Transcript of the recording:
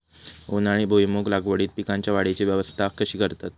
उन्हाळी भुईमूग लागवडीत पीकांच्या वाढीची अवस्था कशी करतत?